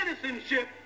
citizenship